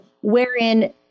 wherein